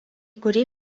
kurį